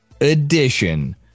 edition